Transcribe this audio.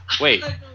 wait